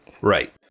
Right